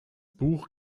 buch